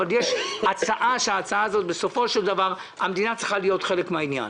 אבל יש הצעה שבסופו של דבר המדינה צריכה להיות חלק מן העניין.